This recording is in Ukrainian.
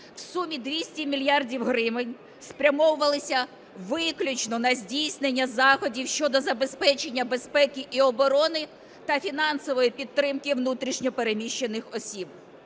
в сумі 200 мільярдів гривень спрямовувалися виключно на здійснення заходів щодо забезпечення безпеки і оборони та фінансової підтримки внутрішньо переміщених осіб.